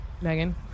megan